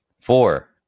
Four